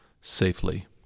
safely